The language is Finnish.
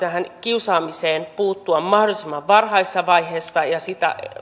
kiusaamiseen puuttua mahdollisimman varhaisessa vaiheessa ja